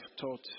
taught